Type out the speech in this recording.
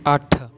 ਅੱਠ